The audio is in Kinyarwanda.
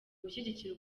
gushyigikira